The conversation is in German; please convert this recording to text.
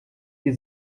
die